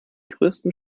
größten